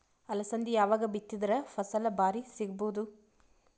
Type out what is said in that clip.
ಅಲಸಂದಿ ಯಾವಾಗ ಬಿತ್ತಿದರ ಫಸಲ ಭಾರಿ ಸಿಗಭೂದು?